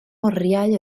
oriau